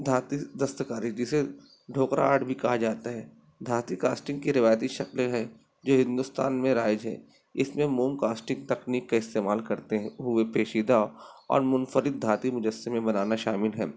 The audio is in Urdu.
دھاتی دستکاری جسے ڈھوکراہٹ بھی کہا جاتا ہے دھاتی کاسٹنگ کی روایتی شکل ہے جو ہندوستان میں رائج ہے اس میں موم کاسٹنگ تکنیک کا استعمال کرتے ہیں ہوئے پیچیدہ اور منفرد دھاتی مجسمے بنانا شامل ہیں